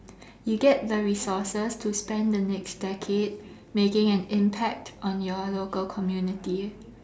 you get the resources to spend the next decade making an impact on your local community